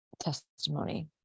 testimony